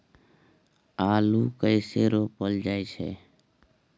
आलू कइसे रोपल जाय छै?